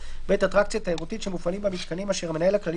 (ב)אטרקציה תיירותית שמופעלים בה מיתקנים אשר המנהל הכללי